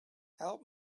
help